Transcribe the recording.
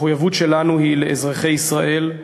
המחויבות שלנו היא לאזרחי ישראל,